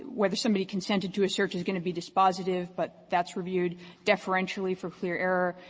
whether somebody consented to a search is going to be dispositive, but that's reviewed deferentially for clear error.